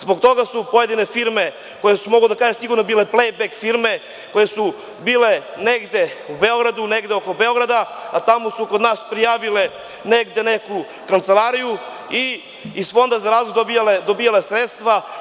Zbog toga su mnoge firme koje su, mogu da kažem, bile plej-bek firme, koje su bile negde oko Beograda, a tamo su kod nas prijavile negde neku kancelariju i iz Fonda za razvoj dobijale sredstva.